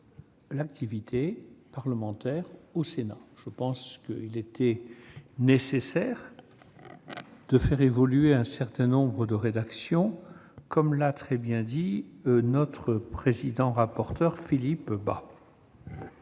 l'activité parlementaire au Sénat. Il était nécessaire de faire évoluer un certain nombre de rédactions, comme l'a très bien dit notre président-rapporteur, Philippe Bas.